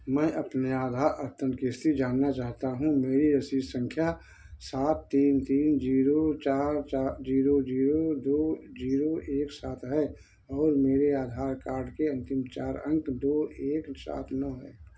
मैं अपने आधार अद्यतन की स्थिति जानना चाहता हूँ मेरी रसीद संख्या सात तीन तीन जीरो चार जीरो जीरो दो जीरो एक सात है और मेरे आधार कार्ड के अंतिम चार अंक दो एक सात नौ है